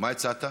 מה הצעת?